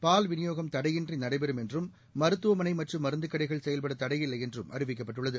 பால் விநியோகம் தடையின்றி நடைபெறும் என்றும் மருத்துவமனை மற்றும் மருந்துக் கடைகள் செயல்பட தடையில்லை என்றும் அறிவிக்கப்பட்டுள்ளது